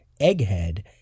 Egghead